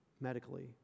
medically